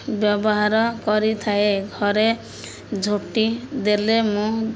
ବ୍ୟବହାର କରିଥାଏ ଘରେ ଝୋଟି ଦେଲେ ମୁଁ